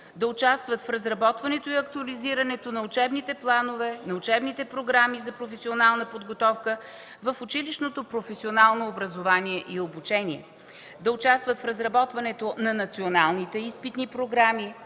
да участват в разработването и актуализирането на учебните планове, на учебните програми за професионална подготовка, в училищното професионално образование и обучение, да участват в разработването на националните изпитни програми,